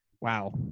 Wow